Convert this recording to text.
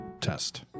test